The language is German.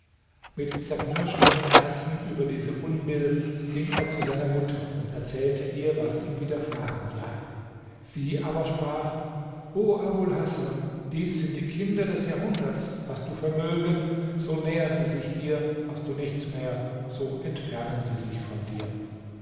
mit zerknirschtem herzen über diese unbill ging er zu seiner mutter und erzählte ihr was ihm widerfahren sei sie aber sprach o abul hasan dies sind die kinder des jahrhunderts hast du vermögen so nähern sie sich dir hast du nichts mehr so entfernen sie sich von dir